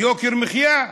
יוקר מחיה?